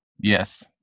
Yes